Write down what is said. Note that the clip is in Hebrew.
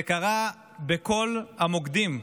זה קרה בכל המוקדים,